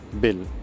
bill